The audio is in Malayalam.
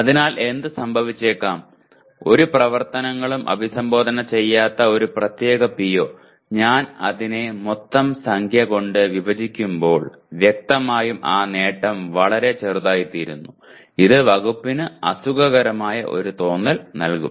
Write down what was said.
അതിനാൽ എന്ത് സംഭവിച്ചേക്കാം ഒരു പ്രവർത്തനങ്ങളും അഭിസംബോധന ചെയ്യാത്ത ഒരു പ്രത്യേക PO ഞാൻ അതിനെ മൊത്തം സംഖ്യ കൊണ്ട് വിഭജിക്കുമ്പോൾ വ്യക്തമായും ആ നേട്ടം വളരെ ചെറുതായിത്തീരുന്നു ഇത് വകുപ്പിന് അസുഖകരമായ ഒരു തോന്നൽ നൽകും